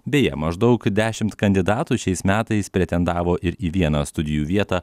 beje maždaug dešimt kandidatų šiais metais pretendavo ir į vieną studijų vietą